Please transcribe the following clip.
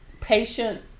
patient